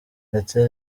ndetse